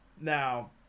now